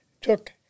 took